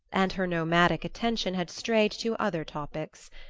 and her nomadic attention had strayed to other topics.